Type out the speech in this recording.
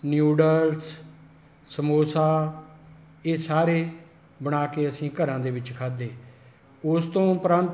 noodles samosa ਇਹ ਸਾਰੇ ਬਣਾ ਕੇ ਅਸੀਂ ਘਰਾਂ ਦੇ ਵਿੱਚ ਖਾਧੇ ਉਸ ਤੋਂ ਉਪਰੰਤ